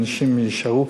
שאנשים יישארו,